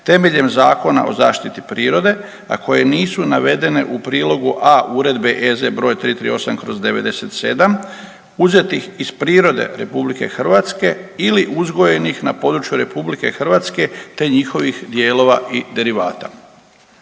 temeljem Zakona o zaštiti prirode, a koje nisu navedene u prilogu A Uredbe EZ br. 338/97 uzetih iz prirode RH ili uzgojenih na području RH, te njihovih dijelova i derivata.